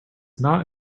not